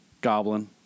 Goblin